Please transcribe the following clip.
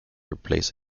replace